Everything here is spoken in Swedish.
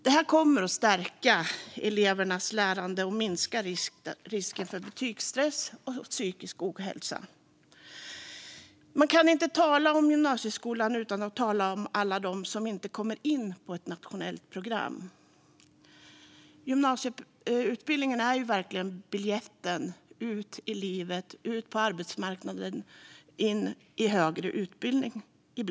Det här kommer att stärka elevernas lärande och minska risken för betygsstress och psykisk ohälsa. Man kan inte tala om gymnasieskolan utan att tala om alla dem som inte kommer in på ett nationellt program. Gymnasieutbildningen är verkligen biljetten ut i livet, ut på arbetsmarknaden och ibland in till högre utbildning.